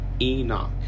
Enoch